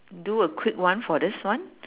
do a quick one for this one